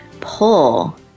pull